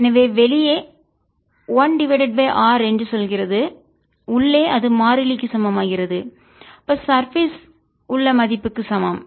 எனவே வெளியே 1 r என்று செல்கிறது உள்ளே அது மாறிலிக்கு சமமாகிறது இது சர்பேஸ் மேற்பரப்பில் உள்ள மதிப்புக்கு சமம்